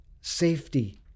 safety